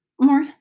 More